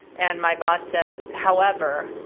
and my boss said, however,